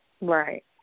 Right